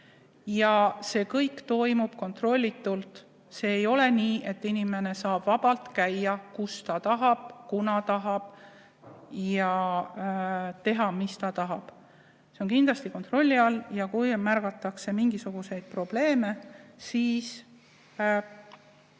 Ja see kõik toimub kontrollitult. See ei ole nii, et inimene saab vabalt käia, kus ta tahab, kunas tahab ja teha, mis ta tahab. See on kindlasti kontrolli all ja kui märgatakse mingisuguseid probleeme, siis